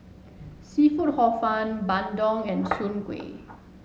seafood Hor Fun Bandung and Soon Kway